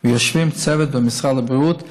יושב צוות במשרד הבריאות,